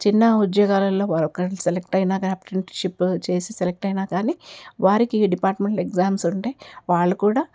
చిన్న ఉద్యోగాలల్లో వాళ్ళు కానీ సెలెక్ట్ అయినా కానీ అప్రెంట్షిప్ చేసి సెలెక్ట్ అయినా కానీ వారికి డిపార్ట్మెంటల్ ఎగ్జామ్స్ ఉంటాయి వాళ్ళు కూడా